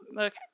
Okay